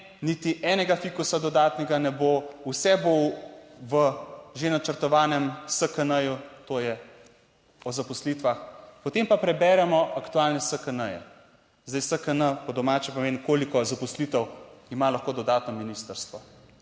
niti enega fikusa dodatnega ne bo, vse bo v že načrtovanem SKN, to je o zaposlitvah. Potem pa preberemo aktualne SKN. Zdaj SKN, po domače povedano, koliko zaposlitev ima lahko dodatno ministrstvo?